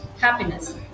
happiness